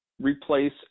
replace